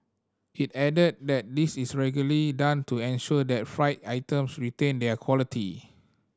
it added that this is regularly done to ensure that fried items retain their quality